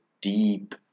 deep